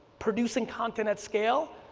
producing content at scale,